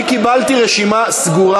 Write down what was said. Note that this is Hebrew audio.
אני קיבלתי רשימה סגורה